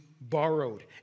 borrowed